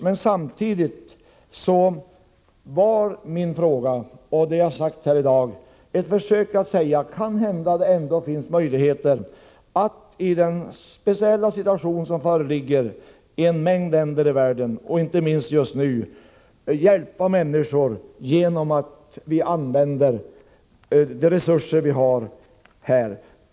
Men samtidigt var min interpellation och det jag har sagt här i dag ett försök att säga att det kanhända finns möjligheter att i den speciella situation som föreligger i en mängd länder i världen, inte minst just nu, hjälpa människor genom att använda de resurser vi har i Sverige.